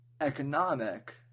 economic